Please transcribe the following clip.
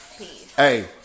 Hey